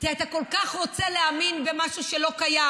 כי אתה כל כך רוצה להאמין במשהו שלא קיים.